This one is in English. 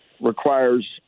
requires